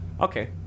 Okay